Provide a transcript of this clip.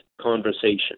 conversation